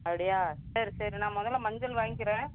அப்படியா சரி சரி நான் முதல மஞ்சள் வாங்கிக்கிறேன்